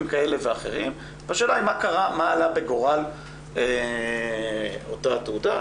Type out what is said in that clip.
כאלה ואחרים והשאלה היא מה עלה בגורל אותה תעודה,